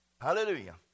Hallelujah